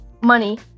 Money